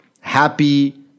happy